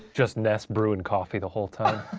just ness brewing coffee the whole time.